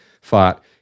fought